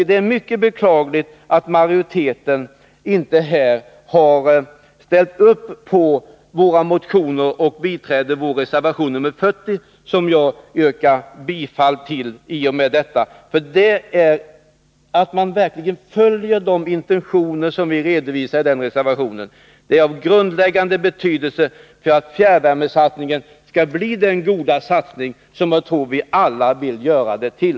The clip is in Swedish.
Det är mycket beklagligt att majoriteten inte har ställt upp på våra motioner och biträder vår reservation 40, som jag med detta yrkar bifall till. Att man verkligen följer de intentioner som vi redovisar i reservationen är av grundläggande betydelse för att fjärrvärmesatsningen skall bli den goda satsning som jag tror att vi alla vill göra den till.